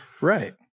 Right